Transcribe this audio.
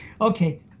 okay